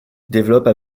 développe